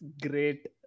great